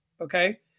Okay